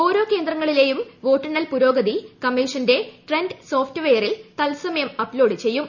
ഓരോ കേന്ദ്രങ്ങളില്ലെയ്യും വോട്ടെണ്ണൽ പുരോഗതി കമ്മീഷന്റെ ട്രെൻഡ് സോഫ്റ്റ് വെയ്റിൽ തത്സമയം അപ്ലോഡ് ചെയ്യും